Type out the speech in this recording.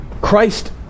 Christ